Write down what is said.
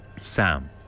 Sam